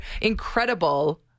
incredible